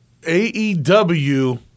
AEW